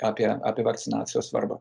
apie apie vakcinacijos svarbą